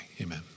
Amen